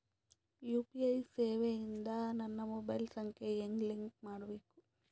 UPI ಸೇವೆ ಇಂದ ನನ್ನ ಮೊಬೈಲ್ ಸಂಖ್ಯೆ ಹೆಂಗ್ ಲಿಂಕ್ ಮಾಡಬೇಕು?